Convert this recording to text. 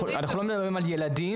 אנחנו לא מדברים על ילדים,